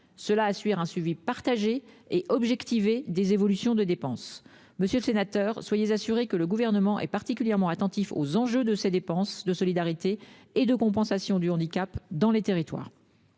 Cela assure un suivi partagé et objectivé des évolutions de dépenses. Monsieur le sénateur, soyez assuré que le Gouvernement est particulièrement attentif aux enjeux de ces dépenses de solidarité et de compensation du handicap dans les territoires.